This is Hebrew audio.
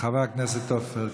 חבר הכנסת עופר כסיף.